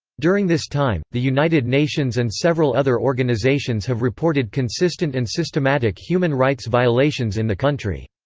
during this time, the united nations and several other organisations have reported consistent and systematic human rights violations in the country.